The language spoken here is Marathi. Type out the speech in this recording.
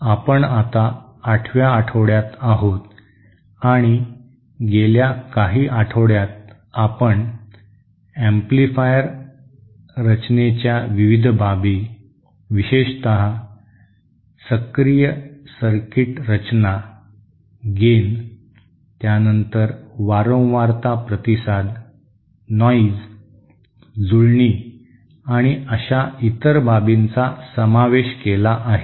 आपण आता आठव्या आठवड्यात आहोत आणि गेल्या काही आठवड्यांत आपण एम्पलीफायर रचनेच्या विविध बाबी विशेषत सक्रिय सर्किट रचना गेन त्यानंतर वारंवारता प्रतिसाद नॉइज जुळणी आणि अशा इतर बाबींचा समावेश केला आहे